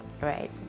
right